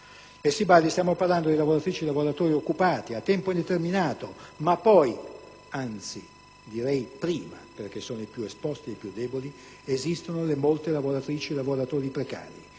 E si badi, stiamo parlando di lavoratrici e di lavoratori occupati a tempo indeterminato, ma poi - anzi, direi prima perché sono i più esposti e i più deboli - esistono le molte lavoratrici e lavoratori precari,